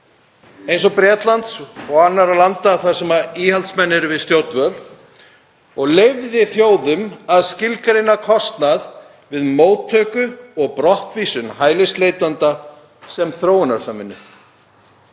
eins og Bretlands og annarra landa þar sem íhaldsmenn eru við stjórnvölinn, og leyfði þjóðum að skilgreina kostnað við móttöku og brottvísun hælisleitanda sem þróunarsamvinnu.